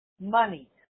Money